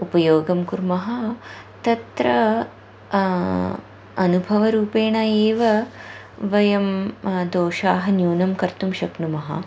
उपयोगं कुर्मः तत्र अनुभवरूपेण एव वयं दोषाः न्यूनं कर्तुं शक्नुमः